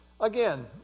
Again